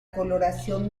coloración